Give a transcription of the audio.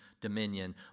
dominion